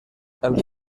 els